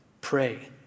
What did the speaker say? pray